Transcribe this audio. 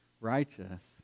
righteous